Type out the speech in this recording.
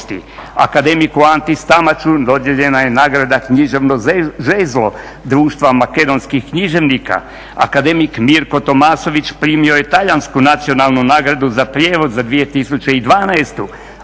akademiku Anti Stamaču dodijeljena je nagrada književno žezlo Društva makedonskih književnika. Akademik Mirko Tomasović primio je talijansku nacionalnu nagradu za prijevod za 2012.